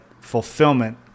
fulfillment